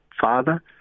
father